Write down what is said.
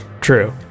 true